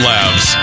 Labs